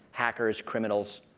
hackers, criminals.